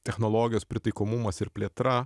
technologijos pritaikomumas ir plėtra